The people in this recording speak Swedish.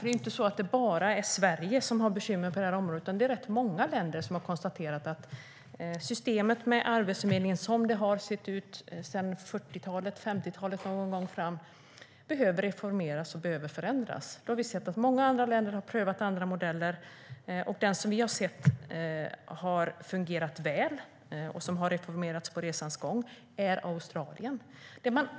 Det är ju inte bara Sverige som har bekymmer på det här området, utan det är rätt många länder som har konstaterat att systemet med arbetsförmedling, som det har sett ut sedan 40 och 50-talet, behöver reformeras och förändras. Många andra länder har prövat andra modeller. Det som vi har sett har fungerat väl och som har reformerats under resans gång är arbetsförmedlingen i Australien.